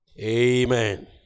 Amen